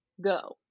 go